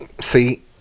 See